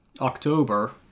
October